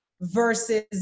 versus